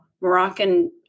Moroccan